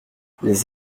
les